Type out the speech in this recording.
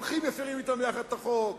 הולכים ומפירים יחד אתם את החוק,